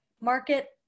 market